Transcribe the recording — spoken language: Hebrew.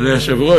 אדוני היושב-ראש,